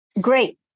Great